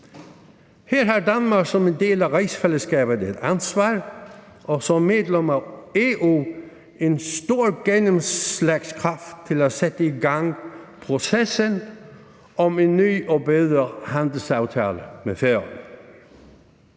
Her har Danmark som en del af rigsfællesskabet et ansvar og som medlem af EU en stor gennemslagskraft til at sætte processen om en ny og bedre handelsaftale med Færøerne